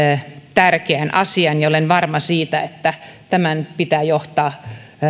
tärkeän asian olen varma siitä että tämän pitää johtaa